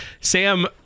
Sam